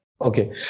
Okay